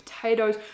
potatoes